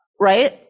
right